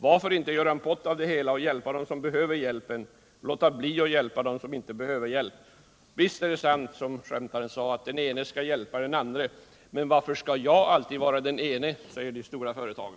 Varför inte göra en pott av det hela och hjälpa dem som behöver hjälpen men låta bli att hjälpa dem som inte behöver hjälp? Visst är det sant att den ene skall hjälpa den andre, men varför skall jag alltid vara den ene, säger de konkurrenskraftiga företagen.